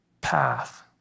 path